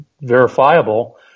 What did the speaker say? verifiable